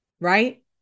right